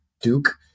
Duke